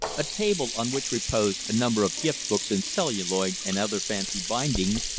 a table on which reposed a number of gift books in celluloid and other fancy bindings,